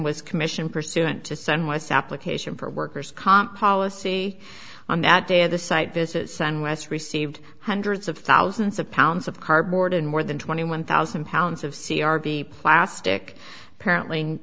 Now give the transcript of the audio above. was commissioned pursuant to sun was application for worker's comp policy on that day of the site visit san west received hundreds of thousands of pounds of cardboard and more than twenty one thousand pounds of c r b plastic apparently